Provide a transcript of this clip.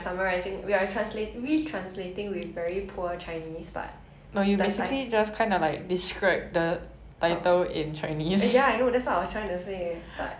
ya I know that's what I was trying to say but but how do you summarize without giving anything away cause it's just her being like super strong